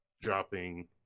dropping